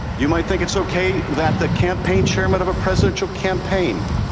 you might think it's okay that the campaign chairman of a presidential campaign